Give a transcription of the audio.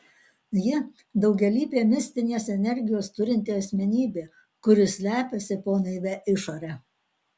ji daugialypė mistinės energijos turinti asmenybė kuri slepiasi po naivia išore